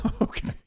okay